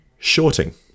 Shorting